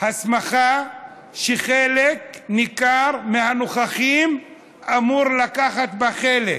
הסמכה שחלק ניכר מהנוכחים אמור לקחת בה חלק.